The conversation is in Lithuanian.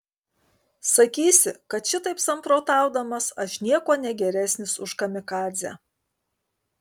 sakysi kad šitaip samprotaudamas aš niekuo negeresnis už kamikadzę